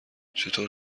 چطور